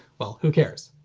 well who cares?